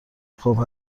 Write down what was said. خوب